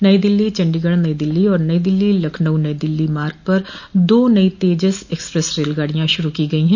नई दिल्ली चंडीगढ नई दिल्ली और नई दिल्ली लखनऊ नई दिल्ली मार्ग पर दो नई तेजस एक्सप्रेस रेलगाड़ियां शुरू की गई हैं